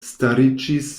stariĝis